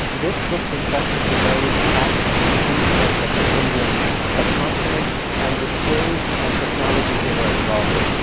this book discusses the various castes and kinsfolk of the indian subcontinent and the trades and technologies they were involved in.